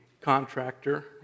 contractor